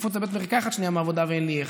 לקפוץ שנייה לבית מרקחת מהעבודה ואין לי איך,